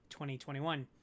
2021